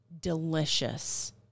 delicious